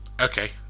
okay